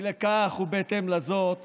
אי לכך ובהתאם לזאת